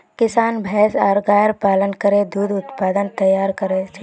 किसान भैंस आर गायर पालन करे दूध उत्पाद तैयार कर छेक